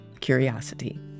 curiosity